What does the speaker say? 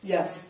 Yes